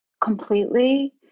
completely